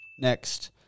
Next